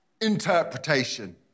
interpretation